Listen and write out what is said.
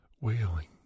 Wailing